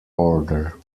order